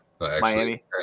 Miami